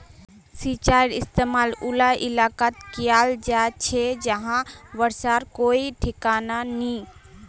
सिंचाईर इस्तेमाल उला इलाकात कियाल जा छे जहां बर्षार कोई ठिकाना नी